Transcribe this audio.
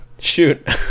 Shoot